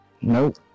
Nope